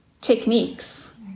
techniques